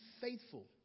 faithful